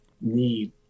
need